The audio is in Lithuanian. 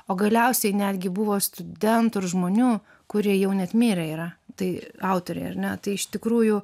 o galiausiai netgi buvo studentų ir žmonių kurie jau net mirę yra tai autoriai ar ne tai iš tikrųjų